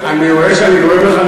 אני רואה שאני גורם לך,